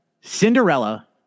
cinderella